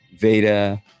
Veda